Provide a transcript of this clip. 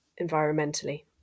environmentally